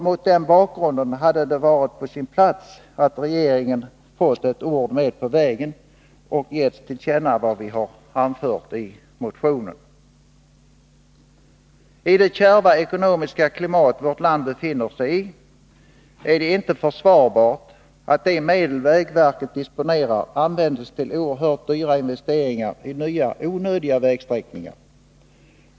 Mot den bakgrunden hade det varit på sin plats att regeringen fått ett ord med på vägen och givits till känna vad vi har anfört i motionen. I det kärva ekonomiska klimat som vårt land befinner sig i är det inte försvarbart att de medel som vägverket disponerar används till oerhört dyra investeringar i nya onödiga vägsträckningar.